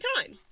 time